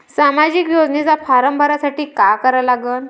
सामाजिक योजनेचा फारम भरासाठी का करा लागन?